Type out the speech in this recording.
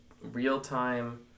real-time